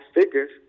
figures